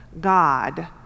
God